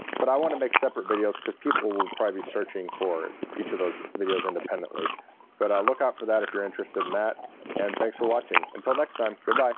but i want to make separate videos because people will probably searching for each of those videos independently but i'll look out for that if you're interested in that and thanks for watching until next time. goodbye